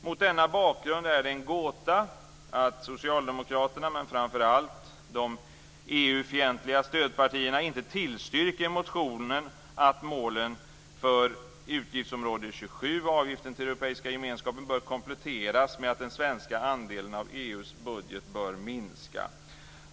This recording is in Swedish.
Mot denna bakgrund är det en gåta att socialdemokraterna och framför allt de EU-fientliga stödpartierna inte tillstyrker motionen om att målen för utgiftsområde 27, Avgiften till den Europeiska gemenskapen, bör kompletteras med att den svenska andelen av EU:s budget bör minska.